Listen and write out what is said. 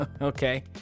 okay